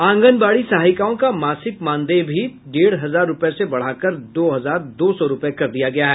आंगनवाड़ी सहायिकाओं का मासिक मानदेय भी डेढ़ हजार रुपए से बढ़ाकर दो हजार दो सौ रुपए कर दिया गया है